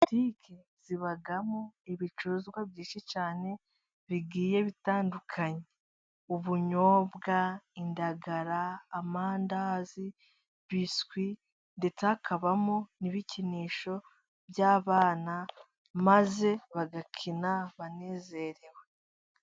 Butike zibamo ibicuruzwa byinshi cyane bigiye bitandukanye ubunyobwa, indagara, amandazi, biswi ndetse hakabamo n'ibikinisho by'abana maze bagakina banezerewe.